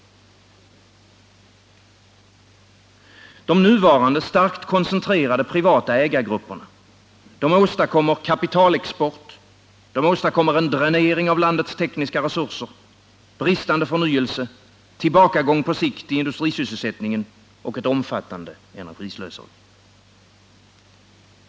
De nuvarande, starkt koncentrerade privata ägargrupperna åstadkommer kapitalexport, en dränering av landets tekniska resurser, bristande förnyelse, tillbakagång på sikt i industrisysselsättningen och ett omfattande energislöseri.